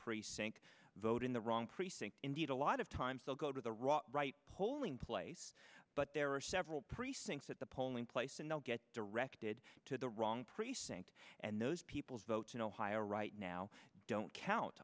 precinct voting the wrong precinct indeed a lot of times they'll go to the raw right polling place but there are several precincts at the polling place and they'll get directed to the wrong precinct and those people's votes in ohio right now don't count